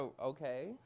okay